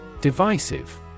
Divisive